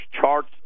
charts